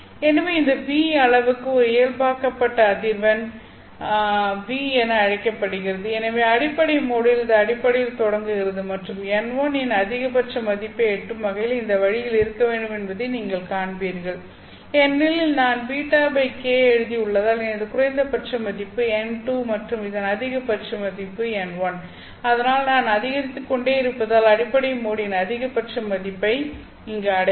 எனவே இந்த V அளவுரு ஒரு இயல்பாக்கப்பட்ட அதிர்வெண் V என அழைக்கப்படுகிறது எனவே அடிப்படை மோடில் இது அடிப்படையில் தொடங்குகிறது மற்றும் n1 இன் அதிகபட்ச மதிப்பை எட்டும் வகையில் இந்த வழியில் இருக்க வேண்டும் என்பதை நீங்கள் காண்பீர்கள் ஏனெனில் நான் βk எழுதியுள்ளதால் எனது குறைந்தபட்ச மதிப்பு n2 மற்றும் இதன் அதிகபட்ச மதிப்பு n1 அதனால் நான் அதிகரித்துக்கொண்டே இருப்பதால் அடிப்படை மோடின் அதிகபட்ச மதிப்பை இங்கு அடைவேன்